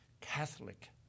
Catholic